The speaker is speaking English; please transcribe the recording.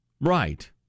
Right